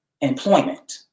employment